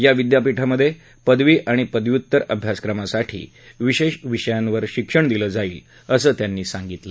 या विद्यापीठामधे पदवी आणि पदव्युत्तर अभ्यासक्रमासाठी विशेष विषयांवर शिक्षण दिलं जाईल असं त्यांनी सांगितलं